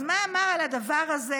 אז מה אמר על הדבר הזה